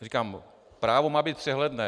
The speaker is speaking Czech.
Říkám, právo má být přehledné.